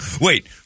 Wait